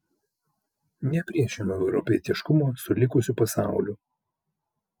nepriešinu europietiškumo su likusiu pasauliu